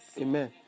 Amen